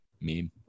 meme